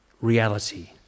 reality